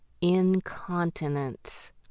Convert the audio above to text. incontinence